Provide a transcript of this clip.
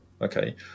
Okay